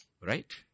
Right